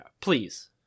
please